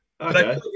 Okay